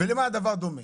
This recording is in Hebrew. למה הדבר דומה?